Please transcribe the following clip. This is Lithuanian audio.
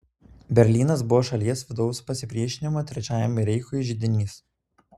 berlynas buvo šalies vidaus pasipriešinimo trečiajam reichui židinys